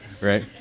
right